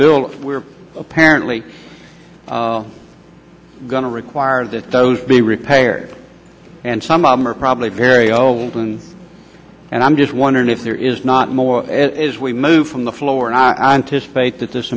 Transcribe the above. bill were apparently going to require that those be repaired and some of them are probably very open and i'm just wondering if there is not more as we move from the floor and i anticipate that this